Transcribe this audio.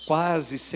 Quase